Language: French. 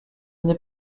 n’est